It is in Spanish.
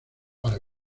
para